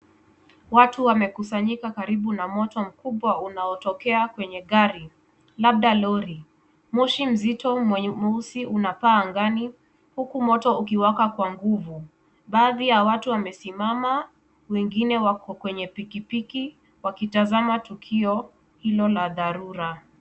Watu wamekusanyika karibu na moto mkubwa unaotokea kwenye gari labda lori. Moshi mzito mweusi unapaa angani huku moto ukiwaka kwa nguvu. Baadhi ya watu wamesimama wengine wako kwenye pikipiki wakitazama tukio hilo la dharura.